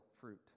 fruit